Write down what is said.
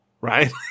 right